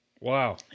Wow